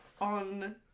on